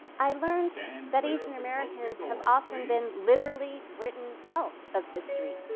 i learned that asian americans have often been literally written out of history.